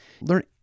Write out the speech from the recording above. learn